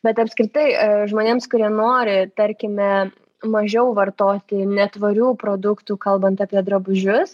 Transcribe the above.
bet apskritai žmonėms kurie nori tarkime mažiau vartoti netvarių produktų kalbant apie drabužius